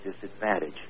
disadvantage